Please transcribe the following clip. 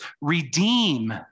redeem